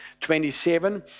27